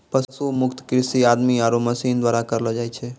पशु मुक्त कृषि आदमी आरो मशीन द्वारा करलो जाय छै